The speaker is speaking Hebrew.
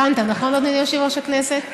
הבנת, נכון, אדוני יושב-ראש הכנסת?